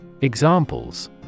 Examples